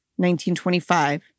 1925